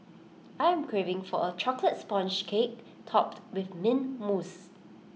I am craving for A Chocolate Sponge Cake Topped with Mint Mousse